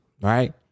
right